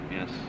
Yes